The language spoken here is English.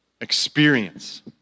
experience